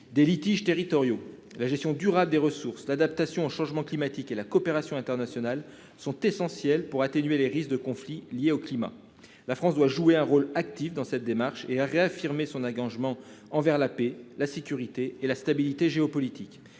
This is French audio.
des litiges territoriaux. La gestion durable des ressources, l'adaptation au changement climatique et la coopération internationale sont essentielles pour atténuer les risques de conflits liés au climat. La France doit jouer un rôle actif dans cette démarche et réaffirmer son engagement pour la paix, la sécurité et la stabilité géopolitique.